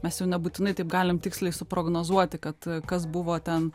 mes jau nebūtinai taip galim tiksliai suprognozuoti kad kas buvo ten